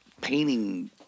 painting